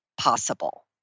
possible